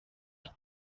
gusa